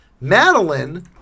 Madeline